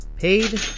Paid